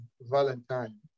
Valentine